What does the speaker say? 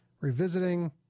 revisiting